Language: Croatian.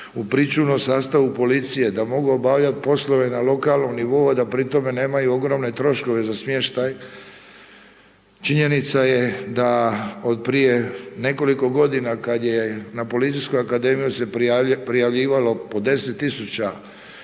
pričuvnoj sastavi policije, da mogu obavljati poslove na lokalnom nivou a da pri tome nemaju ogromne troškove za smještaj. Činjenica je da od prije nekoliko godina kad na Policijskoj akademiji se prijavljivalo po 10 000 mladih